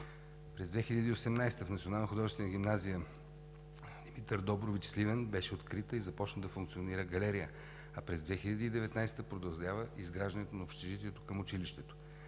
гимназия „Димитър Добрович“ – Сливен, беше открита и започна да функционира галерия, а през 2019 г. продължава изграждането на общежитието към училището.